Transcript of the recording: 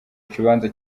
kibanza